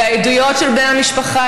ועדויות של בני המשפחה,